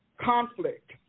conflict